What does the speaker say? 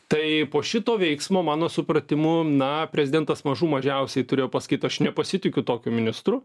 tai po šito veiksmo mano supratimu na prezidentas mažų mažiausiai turėjo pasakyt aš nepasitikiu tokiu ministru